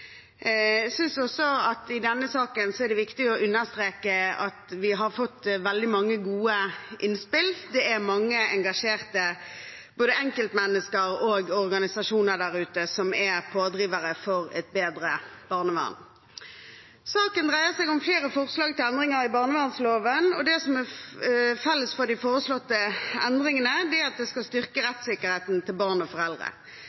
Jeg synes det i denne saken også er viktig å understreke at vi har fått veldig mange gode innspill. Det er mange engasjerte både enkeltmennesker og organisasjoner der ute som er pådrivere for et bedre barnevern. Saken dreier seg om flere forslag til endringer i barnevernsloven, og det som er felles for de foreslåtte endringene, er at det skal styrke rettssikkerheten til barn og foreldre.